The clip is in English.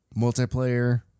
multiplayer